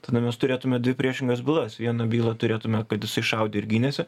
tada mes turėtume dvi priešingas bylas vieną bylą turėtume kad jisai šaudė ir gynėsi